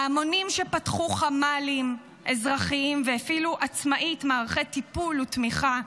ההמונים שפתחו חמ"לים אזרחיים והפעילו עצמאית מערכי טיפול ותמיכה,